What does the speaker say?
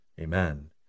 Amen